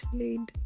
laid